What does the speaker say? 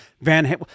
van